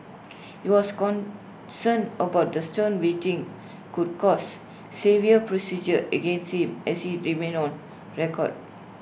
he was concerned about the stern waiting could cause severe prejudice against him as IT remained on record